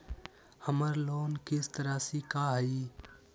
हमर लोन किस्त राशि का हई?